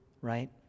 right